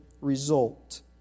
result